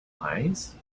lies